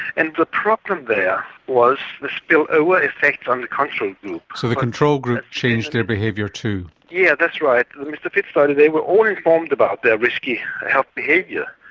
and the problem there was the spillover effect on the control group. so the control group changed their behaviour too. yes, yeah that's right. the mrfit study, they were all informed about their risky health behaviour,